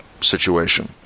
situation